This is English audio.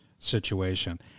Situation